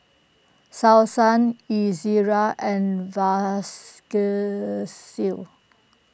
Selsun Ezerra and Vasgisil